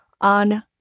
on